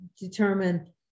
determine